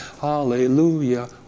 Hallelujah